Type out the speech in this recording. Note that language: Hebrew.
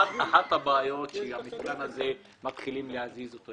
אחת הבעיות, שמתחילים להזיז את המתקן הזה.